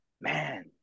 man